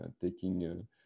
taking